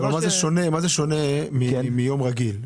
אבל במה זה שונה מיום רגיל?